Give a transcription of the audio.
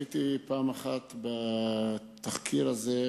צפיתי פעם אחת בתחקיר הזה,